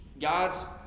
God's